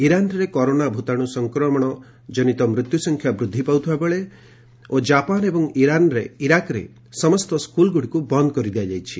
ଇରାନରେ କରୋନା ଭୂତାଣୁ ସଂକ୍ରମଣ ଜନିତ ମୃତ୍ୟୁସଂଖ୍ୟା ବୃଦ୍ଧି ପାଉଥିବାବେଳେ ଓ ଜାପାନ ଏବଂ ଇରାକରେ ସମସ୍ତ ସ୍କୁଲ୍ଗୁଡ଼ିକୁ ବନ୍ଦ କରିଦିଆଯାଇଛି